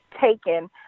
taken